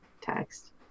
text